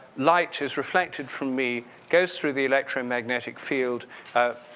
light is reflected from me, goes through the electromagnetic field of